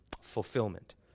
fulfillment